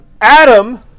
Adam